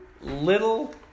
little